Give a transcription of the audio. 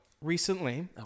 recently